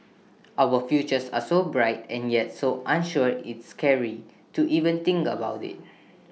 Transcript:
our futures are so bright and yet so unsure it's scary to even think about IT